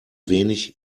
wenig